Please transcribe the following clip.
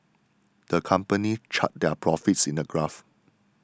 the company charted their profits in a graph